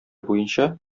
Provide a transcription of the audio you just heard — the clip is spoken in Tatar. буенча